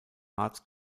arts